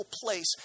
place